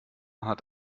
hat